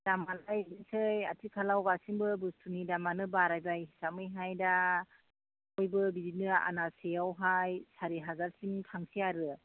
दामआलाय बेदिनोसै आथिखालाव गासैबो बुस्थुनि दामआनो बारा जायो हिसाबैहाय दा बयबो बिदिनो आनासेआवहाय सारिहाजारसिम थांसै आरो